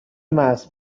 مغر